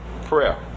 prayer